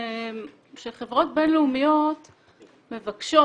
שחברות בין לאומיות מבקשות,